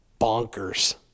bonkers